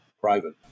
private